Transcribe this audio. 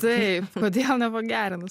taip kodėl nepagerinus